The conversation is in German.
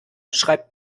schreibt